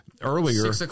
earlier